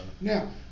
Now